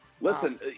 Listen